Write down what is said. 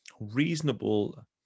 reasonable